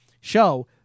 show